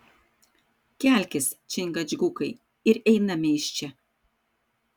kelkis čingačgukai ir einame iš čia